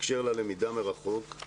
בהקשר ללמידה מרחוק.